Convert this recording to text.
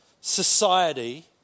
society